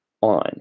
on